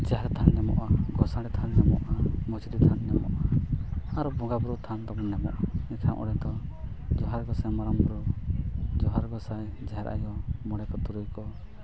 ᱡᱟᱦᱮᱨ ᱛᱷᱟᱱ ᱧᱟᱢᱚᱜᱼᱟ ᱜᱳᱥᱟᱲᱮ ᱛᱷᱟᱱ ᱧᱟᱢᱚᱜᱼᱟ ᱢᱟᱺᱡᱷᱤ ᱛᱷᱟᱱ ᱧᱟᱢᱚᱜᱼᱟ ᱟᱨ ᱵᱚᱸᱜᱟᱼᱵᱩᱨᱩ ᱛᱷᱟᱱ ᱛᱟᱵᱚ ᱧᱟᱢᱚᱜᱼᱟ ᱢᱮᱱᱟᱜᱼᱟ ᱮᱱᱠᱷᱟᱱ ᱚᱸᱰᱮᱫᱚ ᱡᱚᱦᱟᱨ ᱜᱚᱸᱥᱟᱭ ᱢᱟᱨᱟᱝ ᱵᱩᱨᱩ ᱡᱚᱦᱟᱨ ᱜᱚᱸᱥᱟᱭ ᱡᱟᱦᱮᱨ ᱟᱹᱭᱳ ᱟᱨ ᱢᱚᱬᱮᱠᱚ ᱛᱩᱨᱩᱭᱠᱚ